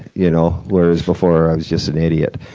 you know where as before i was just an idiot.